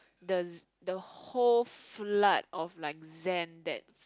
the the whole flood of like zen that's